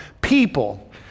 people